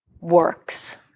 works